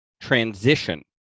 transition